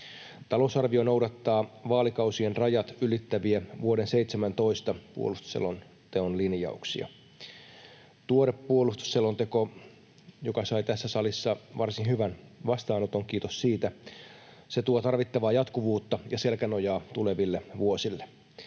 Talousarvio noudattaa vaalikausien rajat ylittäviä vuoden 17 puolustusselonteon linjauksia. Tuore puolustusselonteko, joka sai tässä salissa varsin hyvän vastaanoton — kiitos siitä — tuo tarvittavaa jatkuvuutta ja selkänojaa tuleville vuosille.